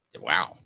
Wow